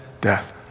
Death